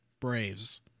Braves